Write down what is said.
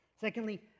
Secondly